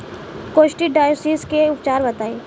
Coccidiosis के उपचार बताई?